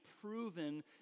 proven